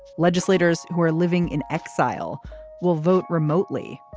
legislators who are living in exile will vote remotely.